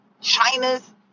China's